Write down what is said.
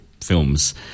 films